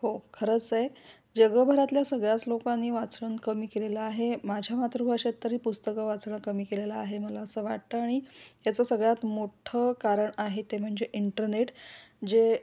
हो खरंचय जगभरातल्या सगळ्याच लोकांनी वाचण कमी केलेलं आहे माझ्या मातृभाषेत तरी पुस्तकं वाचणं कमी केलेलं आहे मला असं वाटतं आणि याचं सगळ्यात मोठं कारण आहे ते म्हणजे इंटरनेट जे